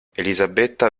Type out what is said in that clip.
elisabetta